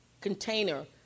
container